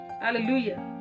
hallelujah